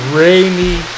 rainy